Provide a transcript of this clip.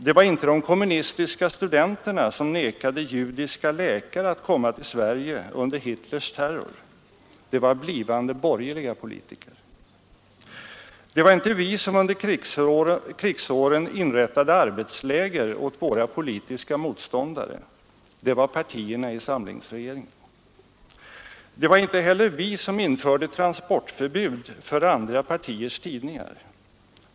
Det var inte de kommunistiska studenterna som nekade judiska läkare att komma till Sverige undan Hitlers terror. Det var blivande borgerliga politiker. Det var inte vi som under krigsåren inrättade arbetsläger åt våra politiska motståndare. Det var partierna i samlingsregeringen. Det var inte heller vi som införde transportförbud för andra partiers tidningar.